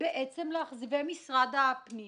ומשרד הפנים